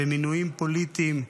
במינויים פוליטיים,